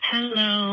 Hello